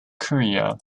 korea